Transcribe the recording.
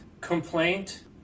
complaint